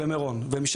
במירון.